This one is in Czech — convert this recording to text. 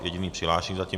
Jediný přihlášený zatím.